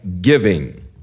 giving